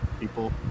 people